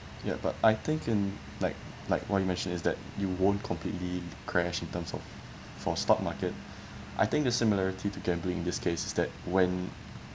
ya but I think in like like what you mention is that you won't completely crash in terms of for stock market I think the similarity to gambling in this case is that when